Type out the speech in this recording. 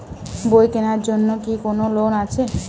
বই কেনার জন্য কি কোন লোন আছে?